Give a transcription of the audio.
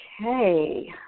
Okay